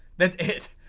that's it.